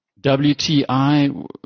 WTI